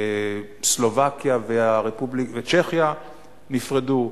סלובקיה וצ'כיה נפרדו,